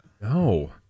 No